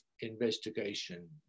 investigation